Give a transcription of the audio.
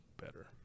better